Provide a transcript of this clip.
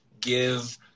give